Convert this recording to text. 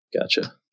Gotcha